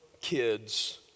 kids